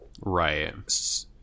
right